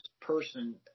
person